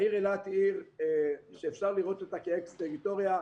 העיר אילת היא עיר שאפשר לראות אותה כאקס טריטוריה,